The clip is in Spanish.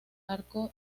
arco